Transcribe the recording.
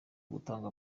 gutanga